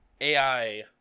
AI